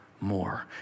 more